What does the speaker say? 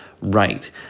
right